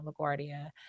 LaGuardia